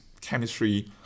chemistry